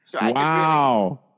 Wow